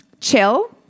chill